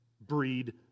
breed